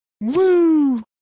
Woo